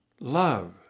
love